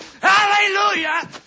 Hallelujah